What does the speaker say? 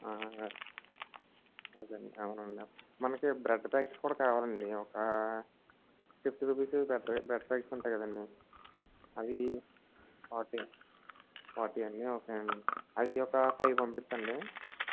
అదేనండి అవునండి మనకి బ్రెడ్ ప్యాకెట్స్ కూడా కావాలండీ ఒకా ఫిఫ్టీ రూపీసు బ్రెడ్ ప్యా బ్రెడ్ ప్యాకెట్స్ ఉంటాయి కదండీ అవీ ఫార్టీ య ఫార్టీ అండి ఓకేనండి అవి ఒక ఫైవ్ పంపించండి